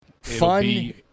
fun